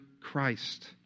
Christ